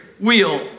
wheel